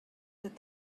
that